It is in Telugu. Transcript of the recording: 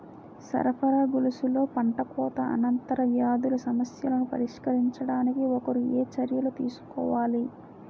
సరఫరా గొలుసులో పంటకోత అనంతర వ్యాధుల సమస్యలను పరిష్కరించడానికి ఒకరు ఏ చర్యలు తీసుకోవాలి?